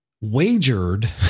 wagered